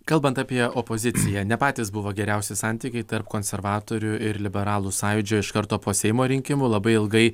kalbant apie opoziciją ne patys buvo geriausi santykiai tarp konservatorių ir liberalų sąjūdžio iš karto po seimo rinkimų labai ilgai